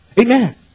Amen